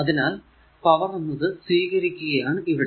അതിനാൽ പവർ എന്നത് സ്വീകരിക്കുകയാണ് ഇവിടെ